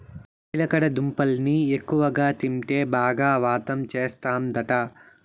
చిలకడ దుంపల్ని ఎక్కువగా తింటే బాగా వాతం చేస్తందట